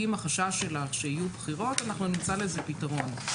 אם החשש שלך שיהיו בחירות, אנחנו נמצא לזה פתרון,